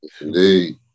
indeed